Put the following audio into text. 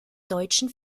deutschen